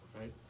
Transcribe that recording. right